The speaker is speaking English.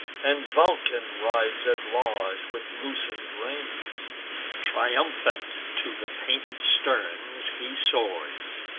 and vulcan rides at large with loosen'd reins triumphant to the painted sterns he soars,